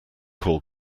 call